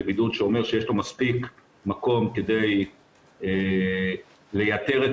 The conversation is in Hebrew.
זה אומר בידוד שיש לו מספיק מקום כדי לייתר את